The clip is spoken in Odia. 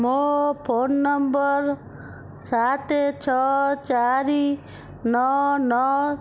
ମୋ ଫୋନ୍ ନମ୍ବର ସାତ ଛଅ ଚାରି ନଅ ନଅ